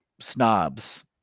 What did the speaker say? snobs